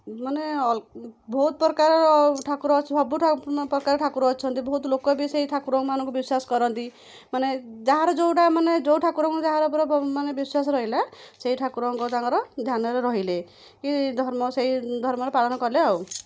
ଯେଉଁ ମାନେ ଅଲ ବହୁତ ପ୍ରକାର ଠାକୁର ଅଛି ସବୁଠୁ ପ୍ରକାର ଠାକୁର ଅଛନ୍ତି ବହୁତ ଲୋକ ବି ସେ ଠାକୁର ମାନଙ୍କୁ ବିଶ୍ୱାସ କରନ୍ତି ମାନେ ଯାହାର ଯେଉଁଟା ମାନେ ଯେଉଁ ଠାକୁରଙ୍କୁ ଯାହାର ଉପରେ ମାନେ ବିଶ୍ୱାସ ରହିଲା ସେଇ ଠାକୁରଙ୍କୁ ତାଙ୍କର ଧ୍ୟାନରେ ରହିଲେ କି ଧର୍ମ ସେଇ ଧର୍ମର ପାଳନ କଲେ ଆଉ